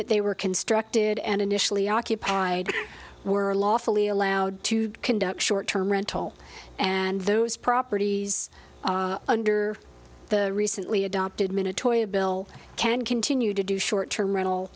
that they were constructed and initially occupied were lawfully allowed to conduct short term rental and those properties under the recently adopted minatory a bill can continue to do short term rental